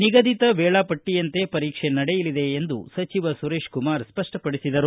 ನಿಗದಿತ ವೇಳಾಪಟ್ಟಿಯಂತೆ ಪರೀಕ್ಷೆ ನಡೆಯಲಿದೆ ಎಂದು ಸಚಿವ ಸುರೇಶಕುಮಾರ ಸ್ಪಷ್ಟಪಡಿಸಿದರು